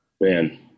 man